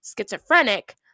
schizophrenic